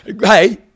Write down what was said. Hey